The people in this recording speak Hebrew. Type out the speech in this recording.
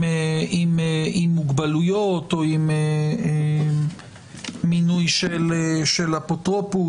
עם מוגבלויות או עם מינוי של אפוטרופוס,